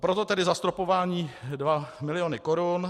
Proto tedy zastropování dva miliony korun.